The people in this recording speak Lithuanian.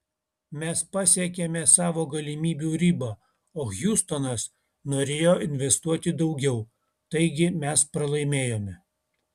mes pasiekėme savo galimybių ribą o hjustonas norėjo investuoti daugiau taigi mes pralaimėjome